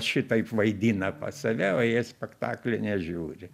šitaip vaidina pas save o jie spektaklio nežiūri